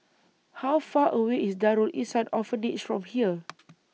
How Far away IS Darul Ihsan Orphanage from here